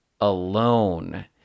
alone